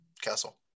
Castle